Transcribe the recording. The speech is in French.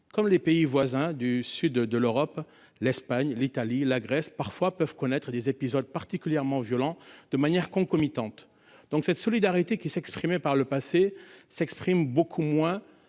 comme les pays voisins du sud de l'Europe, l'Espagne, l'Italie, la Grèce parfois peuvent connaître des épisodes particulièrement violent de manière concomitante, donc cette solidarité qui s'exprimait par le passé s'exprime beaucoup moins